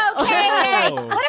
okay